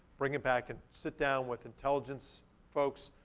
bring it back and sit down with intelligence folks,